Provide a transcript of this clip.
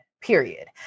period